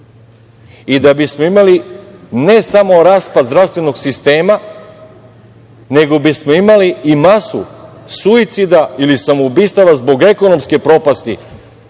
I da bismo imali ne samo raspad zdravstvenog sistema, nego bismo imali i masu suicida ili samoubistava zbog ekonomske propasti